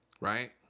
Right